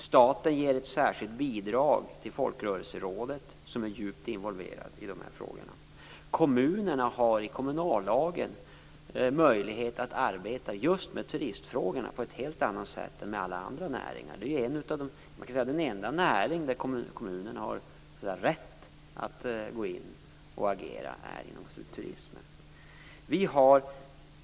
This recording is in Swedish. Staten ger ett särskilt bidrag till Folkrörelserådet som är djupt involverat i de här frågorna. Kommunerna har genom kommunallagen möjlighet att arbeta just med turistfrågorna på ett helt annat sätt än med alla andra näringar. Den enda näring där kommunerna har rätt att gå in och agera är inom turismen.